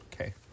Okay